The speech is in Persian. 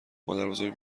مادربزرگ